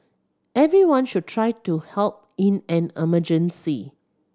everyone should try to help in an emergency